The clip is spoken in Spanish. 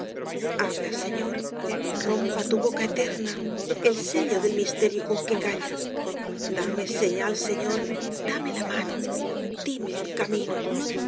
habla señor rompa tu boca eterna el sello del misterio con que callas dame señal señor dame la mano díme el camino